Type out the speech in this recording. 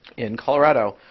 in colorado,